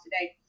today